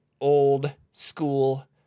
old-school